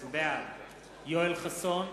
בעד יואל חסון,